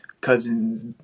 cousins